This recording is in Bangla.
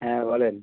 হ্যাঁ বলেন